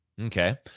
Okay